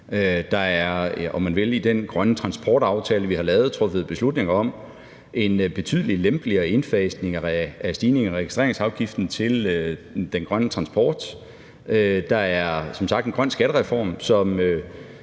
Der er, om man vil, i den grønne transportaftale, vi har lavet, truffet beslutninger om en betydelig lempeligere indfasning af stigningen i registreringsafgiften i forhold til den grønne transport. Der er som sagt en grøn skattereform, som